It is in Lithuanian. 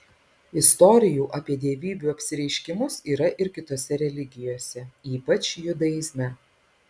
istorijų apie dievybių apsireiškimus yra ir kitose religijose ypač judaizme